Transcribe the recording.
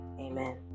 Amen